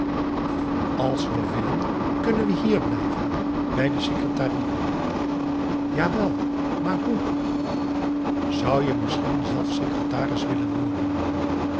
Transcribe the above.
als we willen kunnen we hier blijven bij de secretarie jawel maar hoe zou je misschien zelf secretaris willen worden